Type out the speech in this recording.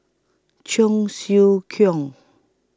Cheong Siew Keong